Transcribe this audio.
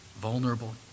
vulnerable